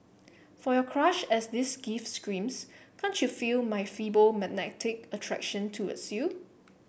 for your crush as this gift screams can't you feel my feeble magnetic attraction towards you